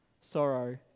sorrow